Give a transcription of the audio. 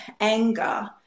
anger